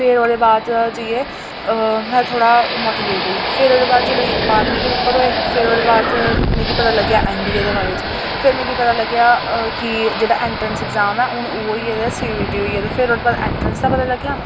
फिर ओह्दे बाद च जाइयै अ में थोह्ड़ा मोटिवेट होई फिर ओह्दे बाद जेल्लै बारमीं दे पेपर होए फिर ओह्दे बाद मिगी पता लग्गेआ एन डी ए दे बारे च फिर मिगी पता लग्गेआ की जेह्ड़ा एंट्रेंस एग्ज़ाम ऐ हून ओह् होई गेदे सी बी टी होई गेदे फिर ओह्दे बाद एंट्रेंस दा पता लग्गेआ